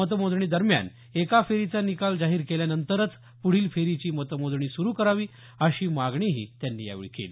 मतमोजणी दरम्यान एका फेरीचा निकाल जाहीर केल्यानंतरच पुढील फेरीची मतमोजणी सुरू करावी अशी मागणीही त्यांनी यावेळी केली